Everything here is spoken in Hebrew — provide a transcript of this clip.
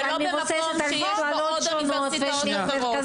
ולא במקום שיש בו עוד אוניברסיטאות אחרות.